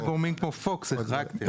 דווקא גורמים כמו Fox החרגתם.